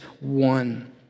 one